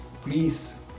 please